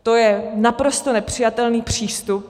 To je naprosto nepřijatelný přístup.